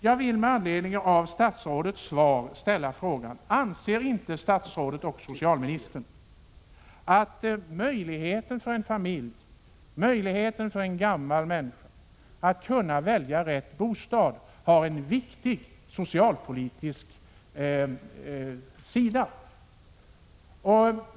Jag vill med anledning av statsrådets svar ställa frågan: Anser inte socialministern att möjligheten för en familj — och möjligheten för en gammal människa — att välja rätt bostad har en viktig socialpolitisk sida?